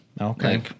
Okay